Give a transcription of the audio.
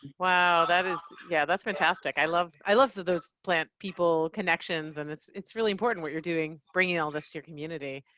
wow that is yeah that's fantastic. i love i love those plant people connections and it's it's really important what you're doing, bringing all this to your community.